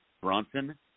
Bronson